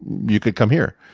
you could come here.